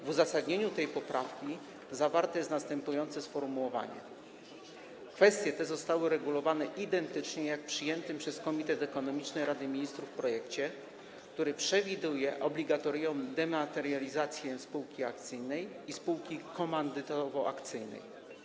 W uzasadnieniu tej poprawki zawarte jest następujące sformułowanie: Kwestie te zostały uregulowane identycznie jak w przyjętym przez Komitet Ekonomiczny Rady Ministrów projekcie, który przewiduje obligatoryjną dematerializację akcji spółki akcyjnej i spółki komandytowo-akcyjnej.